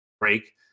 break